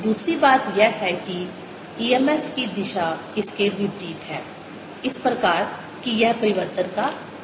दूसरी बात यह है कि e m f की दिशा इसके विपरीत है इस प्रकार कि यह परिवर्तन का विरोध करती है